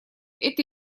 это